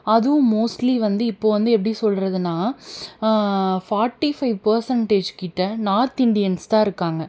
அதுவும் மோஸ்ட்லி வந்து இப்போது வந்து எப்படி சொல்றதுனா ஃபார்டி ஃபைவ் பர்சன்ட்டேஜ் கிட்ட நார்த் இண்டியன்ஸ் தான் இருக்காங்க